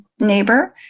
neighbor